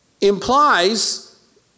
implies